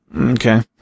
Okay